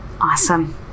awesome